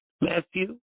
Matthew